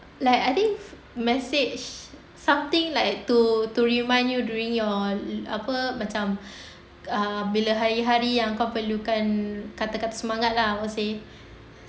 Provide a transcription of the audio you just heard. like I think message something like to to remind you during your apa macam uh bila hari-hari yang kau perlukan kata-kata semangat lah I would say